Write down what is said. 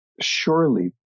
surely